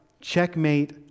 checkmate